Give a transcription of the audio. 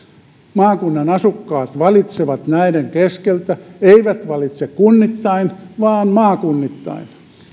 maakunnan asukkaat valitsevat näiden väliltä eivät valitse kunnittain vaan maakunnittain